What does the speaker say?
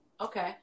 okay